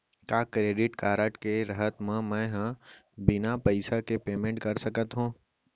का credit card के रहत म, मैं ह बिना पइसा के पेमेंट कर सकत हो?